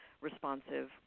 responsive